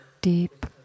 deep